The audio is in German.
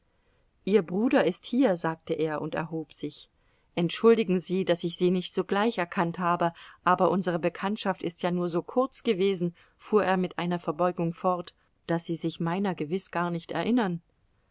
ihr bruder ist hier sagte er und erhob sich entschuldigen sie daß ich sie nicht sogleich erkannt habe aber unsere bekanntschaft ist ja nur so kurz gewesen fuhr er mit einer verbeugung fort daß sie sich meiner gewiß gar nicht erinnern